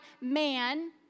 man